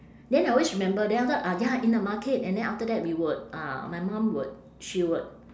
then I always remember then after that ah ya in the market and then after that we would uh my mom would she would